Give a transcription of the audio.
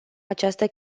această